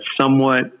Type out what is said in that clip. somewhat